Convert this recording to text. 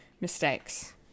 mistakes